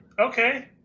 Okay